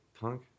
punk